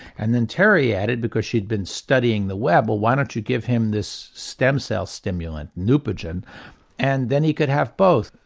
and then terry added because she'd been studying the web, well why don't you give him this stem cell stimulant, neupogen and then he could have both?